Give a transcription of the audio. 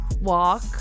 walk